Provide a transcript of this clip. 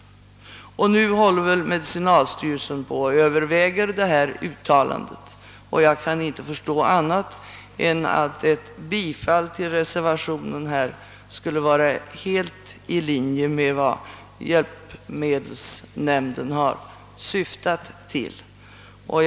Nu håller väl medicinalstyrelsen på att överväga denna rekommendation, och jag kan inte förstå annat än att ett bifall till reservationen skulle vara helt i linje med vad hjälpmedelsnämnden åyftat. Herr talman!